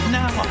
now